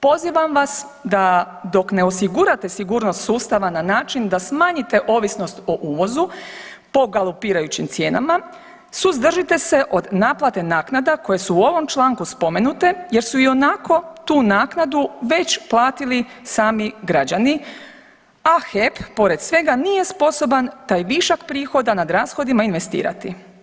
Pozivam vas da dok ne osigurate sigurnost sustava na način da smanjite ovisnost o uvozu po galopirajućim cijenama suzdržite se od naplate naknada koje su u ovom članku spomenute jer su ionako tu naknadu već platili sami građani, a HEP pored svega nije sposoban taj višak prihoda nad rashodima investirati.